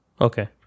Okay